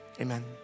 amen